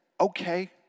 okay